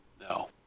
No